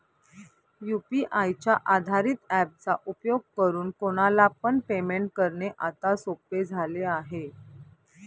UPI च्या आधारित app चा उपयोग करून कोणाला पण पेमेंट करणे आता सोपे झाले आहे